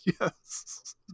Yes